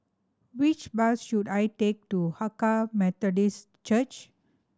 which bus should I take to Hakka Methodist Church